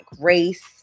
race